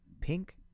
Pink